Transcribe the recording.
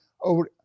over